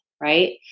Right